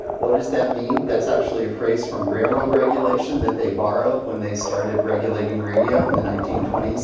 what does that mean? that's actually a phrase from railroad regulation that they borrowed when they started regulating radio in the nineteen twenty s.